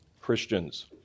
Christians